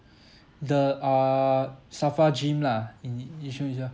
the err SAFRA gym lah in yi~ yishun itself